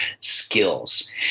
skills